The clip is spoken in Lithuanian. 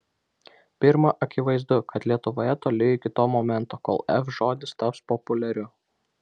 pirma akivaizdu kad lietuvoje toli iki to momento kol f žodis taps populiariu